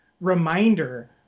reminder